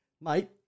mate